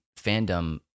fandom